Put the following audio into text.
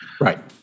Right